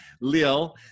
Lil